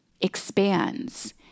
expands